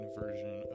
version